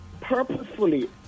purposefully